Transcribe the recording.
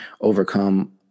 overcome